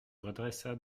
redressa